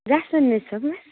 miss हो miss